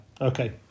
Okay